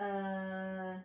err